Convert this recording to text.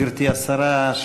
גברתי השרה,